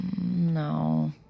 No